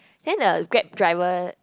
then the Grab driver